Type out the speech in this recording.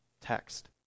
text